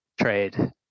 trade